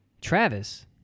Travis